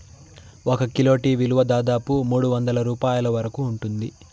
ఒక kilo tea విలువ దాదాపు మూడువందల రూపాయల వరకు ఉంటుంది